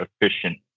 efficient